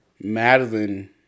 Madeline